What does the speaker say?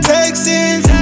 Texas